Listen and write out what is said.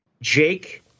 Jake